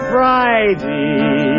Friday